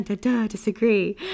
disagree